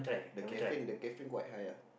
the caffeine the caffeine quite high ah